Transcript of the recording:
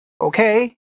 Okay